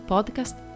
Podcast